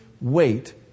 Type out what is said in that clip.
wait